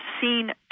seen